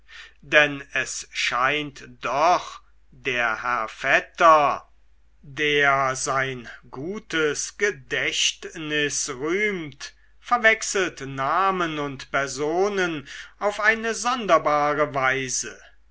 denn es scheint doch der herr vetter der sein gutes gedächtnis rühmt verwechselt namen und personen auf eine sonderbare weise